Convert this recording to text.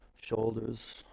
shoulders